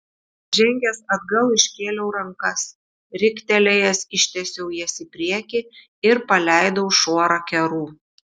žengęs atgal iškėliau rankas riktelėjęs ištiesiau jas į priekį ir paleidau šuorą kerų